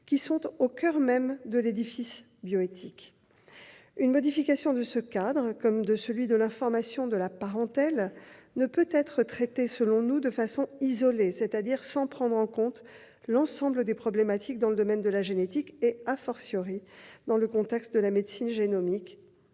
qui sont au coeur même de l'édifice bioéthique. Une modification de ce cadre comme de celui de l'information de la parentèle ne peut être traitée de façon isolée, c'est-à-dire sans prendre en compte l'ensemble des problématiques dans le domaine de la génétique, dans le contexte de la médecine génomique,